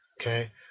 Okay